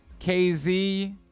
KZ